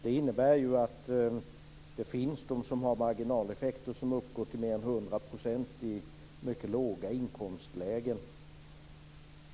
Det innebär ju att det finns de som har marginaleffekter som uppgår till mer än 100 % i mycket låga inkomstlägen.